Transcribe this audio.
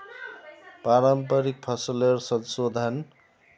पारंपरिक फसलेर संशोधन